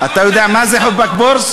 אתה יודע מה זה "חבכ ברצ"?